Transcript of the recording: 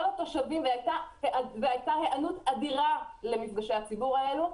התושבים והייתה היענות אדירה למפגשי הציבור האלה.